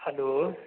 hello